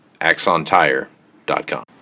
axontire.com